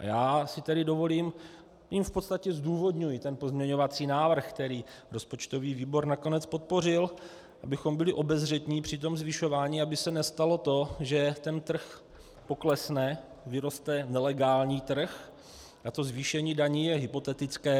Já si tedy dovolím jen v podstatě zdůvodňuji pozměňovací návrh, který rozpočtový výbor nakonec podpořil, abychom byli obezřetní při tom zvyšování, aby se nestalo to, že trh poklesne, vyroste nelegální trh, a to zvýšení daní je hypotetické.